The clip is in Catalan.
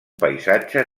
paisatge